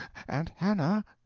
aunt hannah?